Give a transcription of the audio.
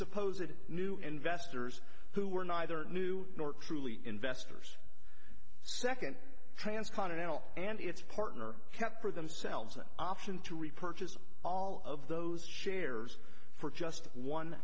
supposedly new investors who were neither new nor truly investors second trans continental and its partner kept for themselves an option to repurchase all of those shares for just one